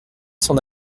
s’en